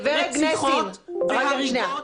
על רציחות ועל הריגות.